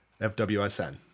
FWSN